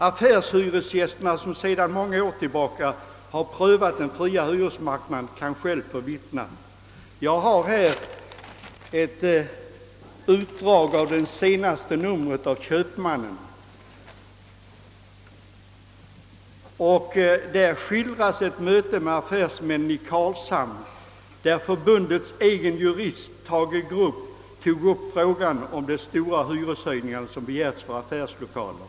De som hyr affärslokaler har sedan någon tid tillbaka prövat den fria hyresmarknaden och kan själva få vittna. Jag vill anföra ett utdrag ur en artikel i senaste numret av tidningen Köpmannen. Där skildras ett möte mellan affärsmännen i Karlshamn, där Köpmannaförbundets egen jurist Tage Grubbe tog upp frågan om de stora hyreshöjningar som begärts för affärs lokaler.